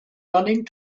running